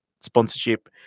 sponsorship